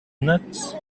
nuts